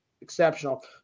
exceptional